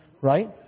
right